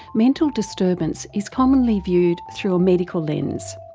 mental disturbance is commonly viewed through a medical lens.